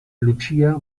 lucia